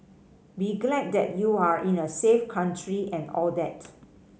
be glad that you are in a safe country and all that